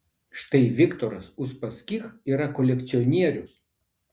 štai viktoras uspaskich yra kolekcionierius